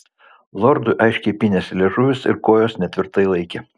lordui aiškiai pynėsi liežuvis ir kojos netvirtai laikė